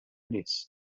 nies